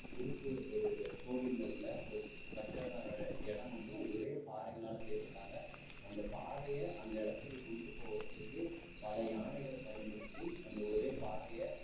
உறுப்பு ஒரு கோவிலில் உள்ள ஒரு கட்டட இடம் மட்டும் ஒரே பாறைகளால் செய்யப்பட்டாங்க அந்தப் பாறையை அந்த இடத்துக்குக் கொண்டு போகிறத்துக்கு பல யானைகளை பயன்படுத்தி அந்த ஒரே பாறையை